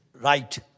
right